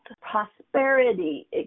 prosperity